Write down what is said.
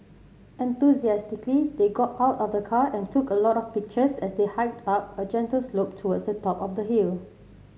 enthusiastically they got out of the car and took a lot of pictures as they hiked up a gentle slope towards the top of the hill